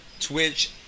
Twitch